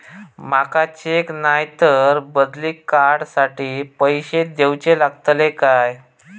माका चेक नाय तर बदली कार्ड साठी पैसे दीवचे पडतले काय?